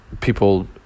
people